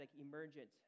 emergent